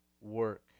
work